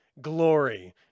glory